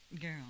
girl